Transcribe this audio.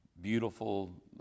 beautiful